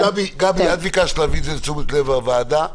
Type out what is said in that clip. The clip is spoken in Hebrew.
גבי, את ביקשת להביא את זה לתשומת לב הוועדה.